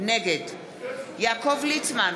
נגד יעקב ליצמן,